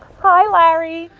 hi, larry.